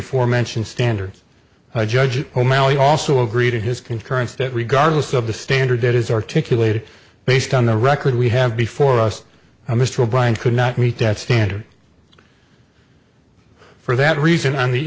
aforementioned standards by judge o'malley also agreed in his concurrence that regardless of the standard that is articulated based on the record we have before us mr bryant could not meet that standard for that reason on the